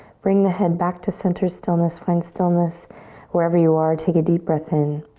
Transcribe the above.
bring the head back to center stillness. find stillness wherever you are, take a deep breath in.